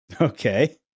Okay